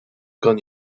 kan